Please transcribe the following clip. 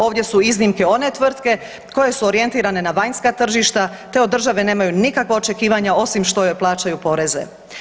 Ovdje su iznimke one tvrtke koje su orijentirane na vanjska tržišta, te od države nemaju nikakva očekivanja osim što joj plaćaju poreze.